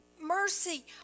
mercy